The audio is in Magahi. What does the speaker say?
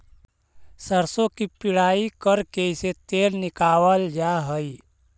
सरसों की पिड़ाई करके इससे तेल निकावाल जा हई